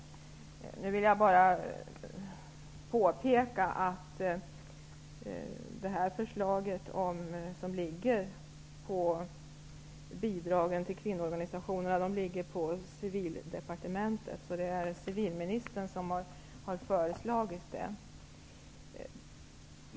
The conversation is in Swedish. Jag vill bara påpeka att det här förslaget om bidrag till kvinnoorganisationerna kommer från Civildepartementet, och det är civilministern som har lagt fram det.